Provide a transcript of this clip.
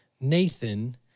Nathan